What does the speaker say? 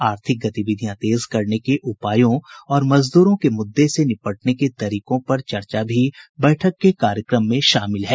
आर्थिक गतिविधियां तेज करने के उपायों और मजदूरों के मुद्दे से निपटने के तरीकों पर चर्चा भी बैठक के कार्यक्रम में शामिल है